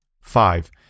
Five